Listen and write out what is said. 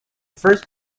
first